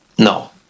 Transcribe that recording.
No